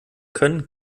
können